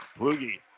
Boogie